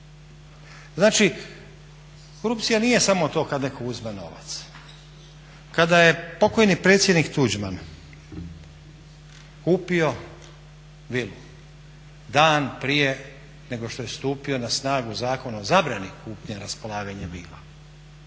Znači, korupcija nije samo to kad netko uzme novac. Kada je pokojni predsjednik Tuđman kupio vilu dan prije nego što je stupio na snagu Zakon o zabrani kupnje raspolaganjem vila